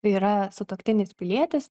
yra sutuoktinis pilietis